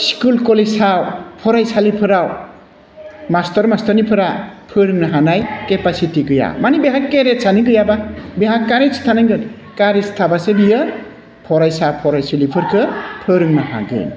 school कलेजआव फरायसालिफ्राव master मास्टारनिफोरा फोरोंनो हानाय केपासिटि गैया माने बिहा कारेजआनो गैयाबा बिहा कारेज थानांगोन कारेज थाबासो बियो फरायसा फरायसुलिफोरखौ फोरोंनो हागोन